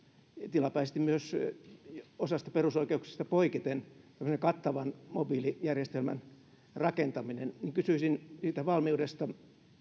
tilapäisesti myös osasta perusoikeuksista poiketen tämmöisen kattavan mobiilijärjestelmän rakentamista kysyisin valmiudesta